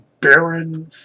barren